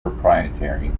proprietary